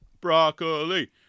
broccoli